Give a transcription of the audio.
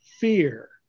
fear